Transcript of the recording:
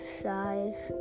size